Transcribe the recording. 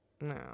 No